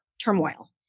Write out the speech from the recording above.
turmoil